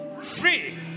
free